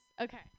okay